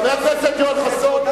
חבר הכנסת יואל חסון,